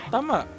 Tama